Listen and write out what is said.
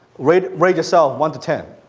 rate rate yourself one to ten.